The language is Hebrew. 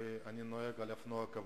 ואני נוהג על אופנוע כבד.